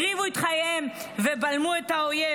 הקריבו את חייהם ובלמו את האויב.